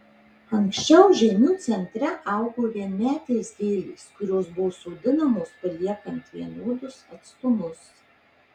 anksčiau žeimių centre augo vienmetės gėlės kurios buvo sodinamos paliekant vienodus atstumus